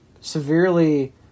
severely